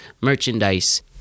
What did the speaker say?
merchandise